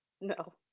No